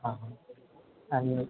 हां हां आणि